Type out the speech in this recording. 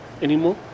anymore